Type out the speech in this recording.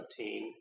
2017